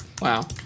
Wow